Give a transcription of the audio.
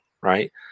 right